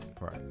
right